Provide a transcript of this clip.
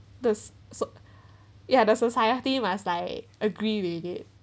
does so ya the society must like agree with it